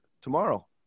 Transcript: tomorrow